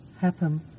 happen